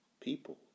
...people